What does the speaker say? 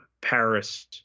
Paris